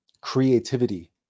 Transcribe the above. creativity